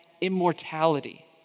immortality